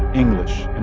english and